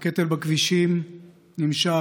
הקטל בכבישים נמשך.